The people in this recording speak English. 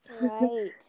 Right